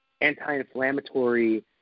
anti-inflammatory